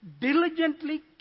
diligently